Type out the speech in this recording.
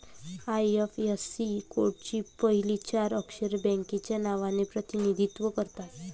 IFSC कोडची पहिली चार अक्षरे बँकेच्या नावाचे प्रतिनिधित्व करतात